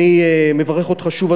אני מברך אותך שוב,